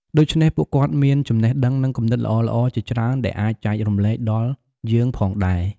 ដូច្នេះ ពួកគាត់មានចំណេះដឹង និងគំនិតល្អៗជាច្រើនដែលអាចចែករំលែកដល់យើងផងដែរ។